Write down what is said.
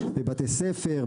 בבתי ספר,